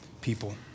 people